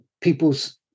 people's